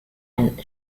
and